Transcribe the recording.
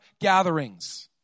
gatherings